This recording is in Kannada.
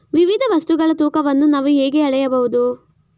ವಿವಿಧ ವಸ್ತುಗಳ ತೂಕವನ್ನು ನಾವು ಹೇಗೆ ಅಳೆಯಬಹುದು?